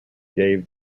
gave